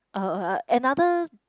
uh another